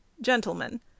gentlemen